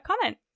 comment